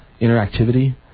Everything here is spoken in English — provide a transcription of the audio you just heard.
interactivity